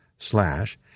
slash